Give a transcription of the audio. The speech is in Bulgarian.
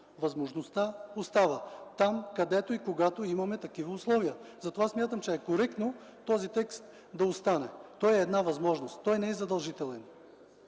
Възможността обаче остава там, където и когато има такива условия. Затова смятам, че е коректно този текст да остане. Той е една възможност, не е задължителен.